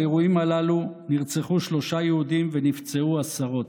באירועים הללו נרצחו שלושה יהודים ונפצעו עשרות.